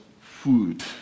food